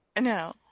No